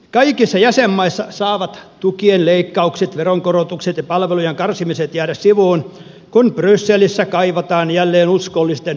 kaikissa jäsenmaissa saavat tukien leikkaukset veronkorotukset ja palvelujen karsimiset jäädä sivuun kun brysselissä kaivataan jälleen uskollisten veronmaksajien apua